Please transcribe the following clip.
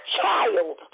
child